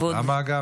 למה גב?